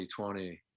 2020